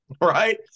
right